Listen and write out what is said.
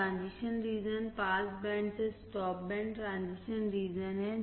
transition region pass band से stop band तक transition रीजनहै